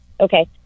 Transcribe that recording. Okay